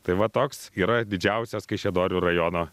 tai va toks yra didžiausias kaišiadorių rajono